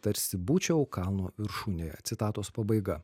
tarsi būčiau kalno viršūnėje citatos pabaiga